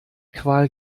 qual